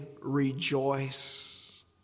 rejoice